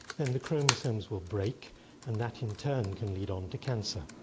then the chromosomes will break and that in turn can lead on to cancer.